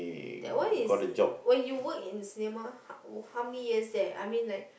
that one is when you work in cinema h~ how many years there I mean like